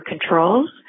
controls